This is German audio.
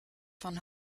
von